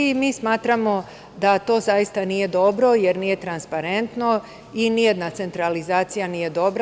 Mi smatramo da to zaista nije dobro, jer nije transparentno i nijedna centralizacija nije dobra.